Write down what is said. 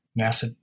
NASA